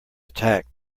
attack